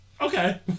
Okay